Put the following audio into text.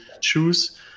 choose